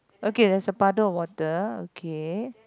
okay there's a puddle of water okay